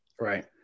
Right